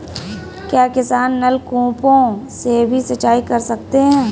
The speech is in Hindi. क्या किसान नल कूपों से भी सिंचाई कर सकते हैं?